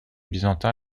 byzantins